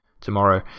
tomorrow